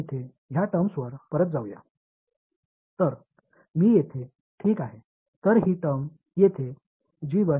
எனவே என்னிடம் வலது புறத்தில் என்ன எஞ்சி இருந்ததுஎனவே இங்கே இந்த வெளிபாடுகளுக்கு திரும்ப செல்வோம்